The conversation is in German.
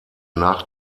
nach